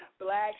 black